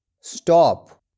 stop